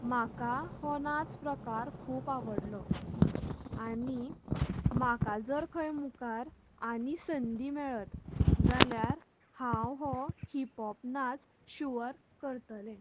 म्हाका हो नाच प्रकार खूब आवडलो आनी म्हाका जर खंय मुखार आनी संधी मेळत जाल्यार हांव हो हिपहॉप नाच शूव्वर करतलें